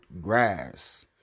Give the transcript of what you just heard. grass